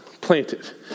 Planted